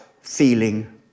feeling